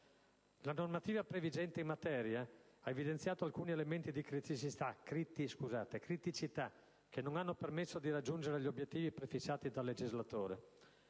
La normativa previgente in materia ha evidenziato alcuni elementi di criticità, che non hanno permesso di raggiungere gli obiettivi prefissati dal legislatore.